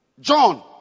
John